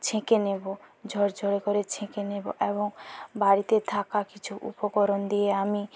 ছেঁকে নেব ঝরঝরে করে ছেঁকে নেব এবং বাড়িতে থাকা কিছু উপকরণ দিয়ে আমি